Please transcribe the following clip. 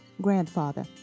grandfather